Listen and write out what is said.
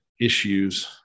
issues